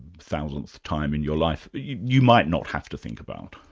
thousandth time in your life, you might not have to think about.